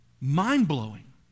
mind-blowing